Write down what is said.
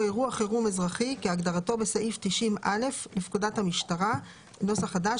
או אירוע חירום אזרחי כהגדרתו בסעיף 90א לפקודת המשטרה (נוסח חדש),